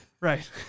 right